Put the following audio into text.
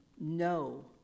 No